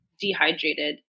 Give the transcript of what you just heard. dehydrated